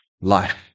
life